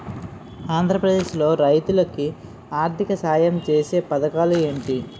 ఆంధ్రప్రదేశ్ లో రైతులు కి ఆర్థిక సాయం ఛేసే పథకాలు ఏంటి?